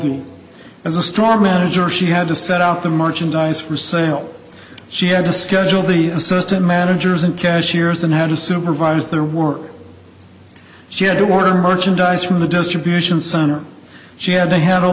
the as a strong manager she had to send out the merchandise for sale she had to schedule the assistant managers and cashiers and had to supervise their work she had to order merchandise from the distribution center she had they had all